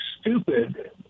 stupid